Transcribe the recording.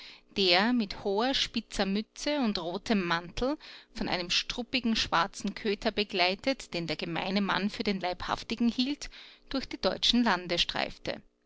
der mit hoher spitzer mütze und rotem mantel von einem struppigen schwarzen köter begleitet den der gemeine mann für den leibhaftigen hielt durch die deutschen